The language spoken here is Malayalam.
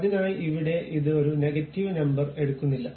അതിനായി ഇവിടെ ഇത് ഒരു നെഗറ്റീവ് നമ്പർ എടുക്കുന്നില്ല